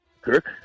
Kirk